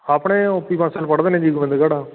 ਆਪਣੇ ਉੱਥੇ ਹੀ ਬਸ ਪੜ੍ਹਦੇ ਨੇ ਜੀ ਗੋਬਿੰਦਗੜ੍ਹ